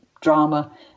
drama